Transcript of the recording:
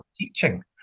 teaching